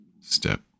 step